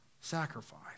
sacrifice